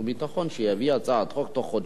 וביטחון שהוא יביא הצעת חוק בתוך חודשיים.